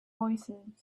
voicesand